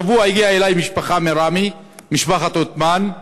השבוע הגיעה אלי משפחה מראמה, משפחת עותמאן,